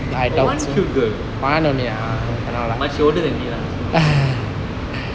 got one cute girl but older than me lah so no